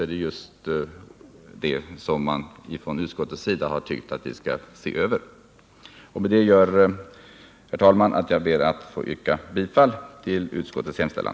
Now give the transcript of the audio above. Mot denna bakgrund, herr talman, ber jag att få yrka bifall till utskottets hemställan.